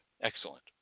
Excellent